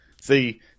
see